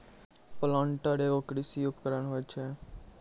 planter एगो कृषि उपकरण होय छै